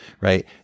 right